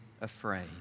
afraid